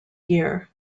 year